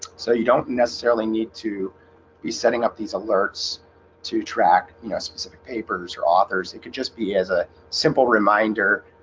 so you don't necessarily need to be setting up these alerts to track, you know specific papers or authors it could just be as a simple reminder,